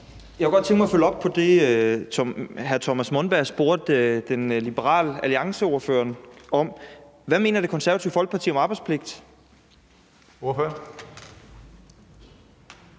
Jeg kunne godt tænke mig at følge op på det, som hr. Thomas Monberg spurgte Liberal Alliance-ordføreren om. Hvad mener Det Konservative Folkeparti om arbejdspligt? Kl.